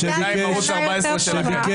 בינתיים ערוץ 14 שלכם.